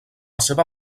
seva